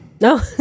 No